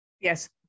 Yes